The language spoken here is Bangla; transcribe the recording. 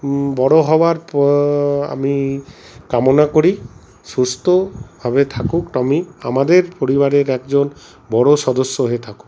বড়ো হওয়ার আমি কামনা করি সুস্থভাবে থাকুক টমি আমাদের পরিবারের একজন বড়ো সদস্য হয়ে থাকুক